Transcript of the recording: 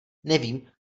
nevím